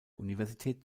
universität